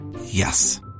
Yes